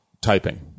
typing